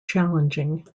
challenging